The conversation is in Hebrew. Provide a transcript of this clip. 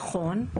נכון.